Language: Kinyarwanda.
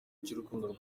cy’urukundo